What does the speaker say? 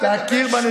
באמת.